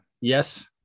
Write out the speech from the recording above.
Yes